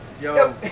Yo